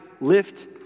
lift